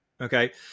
okay